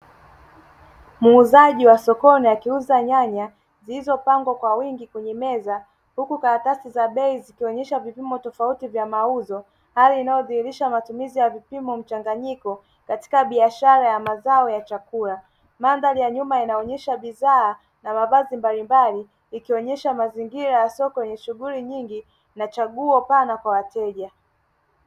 Muuzaji wa sokoni akiuza nyanya zilizopangwa kwa wingi kwenye meza huku karatasi za bei zikionyesha vipimo tofauti vya mauzo hali inayodhihirisha matumizi ya vipimo mchanganyiko katika biashara ya mazao ya chakula. Mandhari ya nyuma inaonyesha bidhaa na mavazi mbalimbali ikionyesha mazingira ya soko yenye shughuli nyingi na chaguo pana kwa wateja.